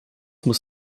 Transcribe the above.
muss